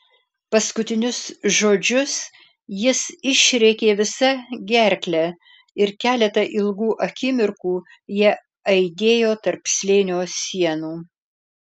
paskutinius žodžius jis išrėkė visa gerkle ir keletą ilgų akimirkų jie aidėjo tarp slėnio sienų